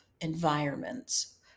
environments